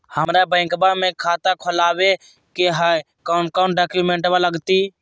हमरा बैंकवा मे खाता खोलाबे के हई कौन कौन डॉक्यूमेंटवा लगती?